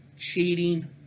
Cheating